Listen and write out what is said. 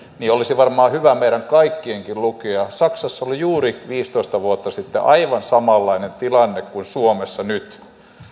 se olisi varmaan hyvä meidän kaikkienkin lukea saksassa oli juuri viisitoista vuotta sitten aivan samanlainen tilanne kuin suomessa nyt ja